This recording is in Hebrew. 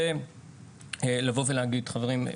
חברים,